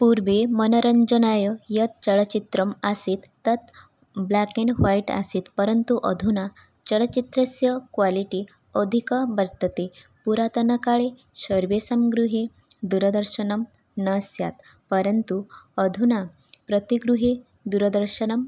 पूर्वं मनोरञ्जनाय यत् चलच्चित्रम् आसीत् तत् ब्लेक् एण्ड् व्हैट् आसीत् परन्तु अधुना चलच्चित्रस्य क्वालिटि अधिकं वर्तते पुरातनकाले सर्वेषां गृहे दूरदर्शनं न स्यात् परन्तु अधुना प्रतिगृहे दूरदर्शनम्